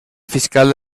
fiscal